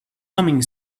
humming